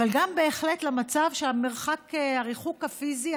אבל בהחלט גם למצב שהריחוק הפיזי,